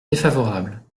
défavorable